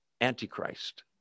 Antichrist